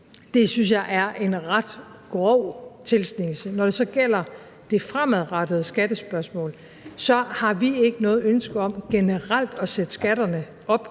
synes jeg er en ret grov tilsnigelse. Når det så gælder det fremadrettede skattespørgsmål, har vi ikke noget ønske om generelt at sætte skatterne op.